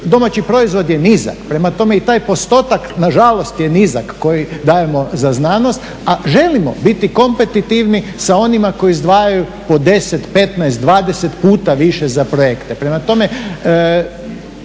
naš BDP je nizak, prema tome i taj postotak nažalost je nizak koji dajemo za znanost, a želimo biti kompetitivni sa onima koji izdvajaju po 10, 15, 20 puta više za projekte.